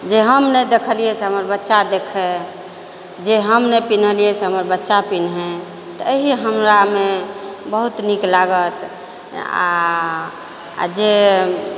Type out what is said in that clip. जे हम नहि देखलियै से हमर बच्चा देखै जे हम नहि पिन्हलियै से हमर बच्चा पिन्है तऽ एही हमरामे बहुत नीक लागत आ आ जे